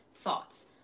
thoughts